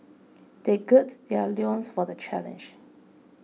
they gird their loins for the challenge